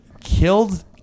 killed